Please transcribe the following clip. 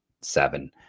seven